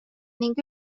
ning